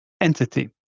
entity